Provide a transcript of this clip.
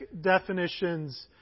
definitions